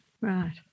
Right